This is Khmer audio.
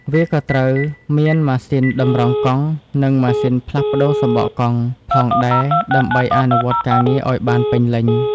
វាក៏ត្រូវមាន ម៉ាស៊ីនតម្រង់កង់ និង ម៉ាស៊ីនផ្លាស់ប្តូរសំបកកង់ ផងដែរដើម្បីអនុវត្តការងារឱ្យបានពេញលេញ។